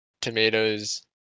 tomatoes